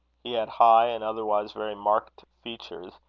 he had high and otherwise very marked features,